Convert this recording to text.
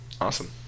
Awesome